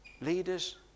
Leaders